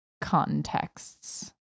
contexts